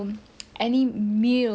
in school